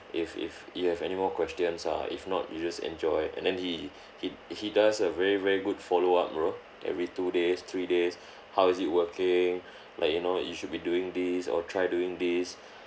if if you have any more questions ah if not you just enjoy and then he he he does a very very good follow up bro every two days three days how is it working like you know you should be doing this or try doing this